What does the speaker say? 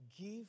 Give